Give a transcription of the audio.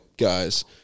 Guys